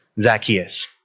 Zacchaeus